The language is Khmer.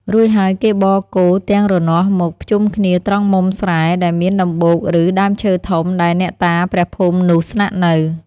រួចហើយគេបរគោទាំងរនាស់មកភ្ជុំគ្នាត្រង់មុមស្រែ ដែលមានដំបូក ឬ ដើមឈើធំ ដែលអ្នកតាព្រះភូមិនោះស្នាក់នៅ។